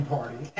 Party